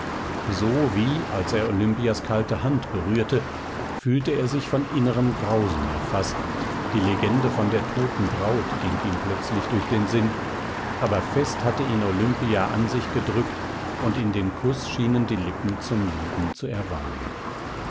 so wie als er olimpias kalte hand berührte fühlte er sich von innerem grausen erfaßt die legende von der toten braut ging ihm plötzlich durch den sinn aber fest hatte ihn olimpia an sich gedrückt und in dem kuß schienen die lippen zum leben zu erwarmen